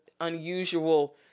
unusual